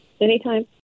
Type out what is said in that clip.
Anytime